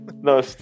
No